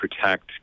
protect